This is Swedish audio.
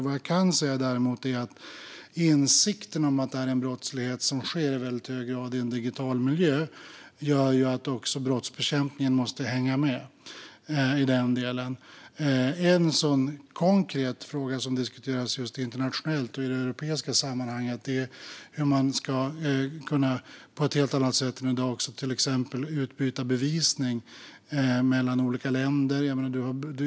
Vad jag däremot kan säga är att insikten om att detta är en brottslighet som i hög grad sker i en digital miljö gör att också brottsbekämpningen måste hänga med i den delen. En konkret fråga som diskuteras internationellt och i det europeiska sammanhanget är hur man på ett helt annat sätt än i dag till exempel ska kunna utbyta bevisning mellan olika länder.